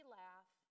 laugh